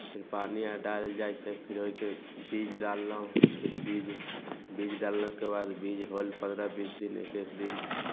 फिर पानि आर डालल जाइ छै फेर ओहिके बीज डाललहुँ फेर बीज बीज डाललहुँ ओहिके बाद बीज होल पन्द्रह बीस दिन एकैस दिन